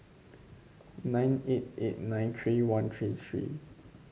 nine eight eight nine three thirteen three